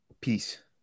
peace